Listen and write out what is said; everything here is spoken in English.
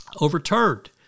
overturned